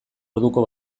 orduko